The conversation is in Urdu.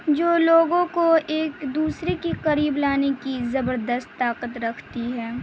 جو لوگوں کو ایک دوسرے کے قریب لانے کی زبردست طاقت رکھتی ہے